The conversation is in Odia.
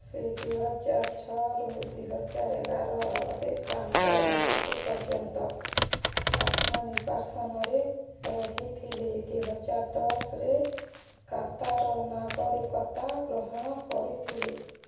ସେ ଦୁଇହଜାର ଛଅରୁ ଦୁଇହଜାର ଏଗାରରେ ତାଙ୍କର ମୃତ୍ୟୁ ପର୍ଯ୍ୟନ୍ତ ଆତ୍ମନିର୍ବାସନରେ ରହିଥିଲେ ଦୁଇହଜାର ଦଶରେ କାତାରନାଗରିକତା ଗ୍ରହଣ କରିଥିଲେ